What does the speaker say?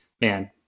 man